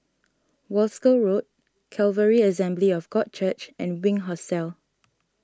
Wolskel Road Calvary Assembly of God Church and Wink Hostel